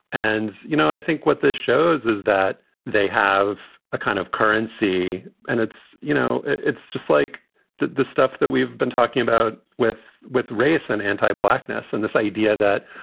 and, you know, i think what this shows is that they have a kind of currency and it's you know, it's just like the stuff that we've been talking about with with race and anti blackness and this idea that,